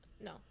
No